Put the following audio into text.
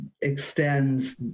extends